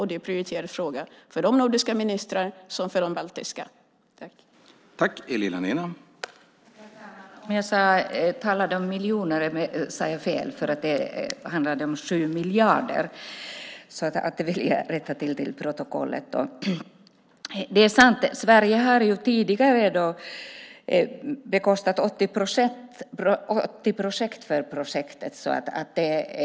Det är en prioriterad fråga för såväl de nordiska ministrarna som de baltiska ministrarna.